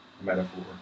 metaphor